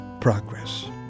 progress